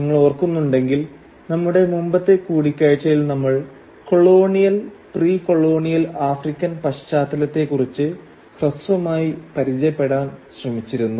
നിങ്ങൾ ഓർക്കുന്നുണ്ടെങ്കിൽ നമ്മുടെ മുമ്പത്തെ കൂടിക്കാഴ്ചയിൽ നമ്മൾ കൊളോണിയൽ പ്രീ കൊളോണിയൽ ആഫ്രിക്കൻ പശ്ചാത്തലത്തെക്കുറിച്ച് ഹ്രസ്വമായി പരിചയപ്പെടാൻ ശ്രമിച്ചിരുന്നു